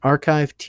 Archive